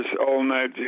all-night